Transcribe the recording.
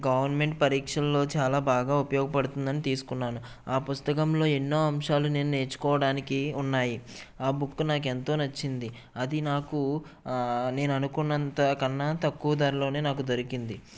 government పరీక్షల్లో చాలా బాగా ఉపయోగపడుతుందని తీసుకున్నను ఆ పుస్తకంలో ఎన్నో అంశాలు నేను నేర్చుకోవడానికి ఉన్నాయి ఆ బుక్ నాకు ఎంతో నచ్చింది అది నాకు నేను అనుకున్నంత కన్నా తక్కువ ధరలోనే నాకు దొరికింది